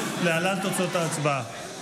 להלן תוצאות ההצבעה.